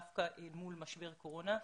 דווקא אל מול משבר הקורונה,